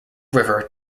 river